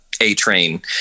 A-Train